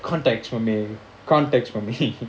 contacts for me contacts